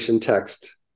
text